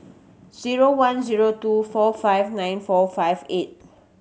zero one zero two four five nine four five eight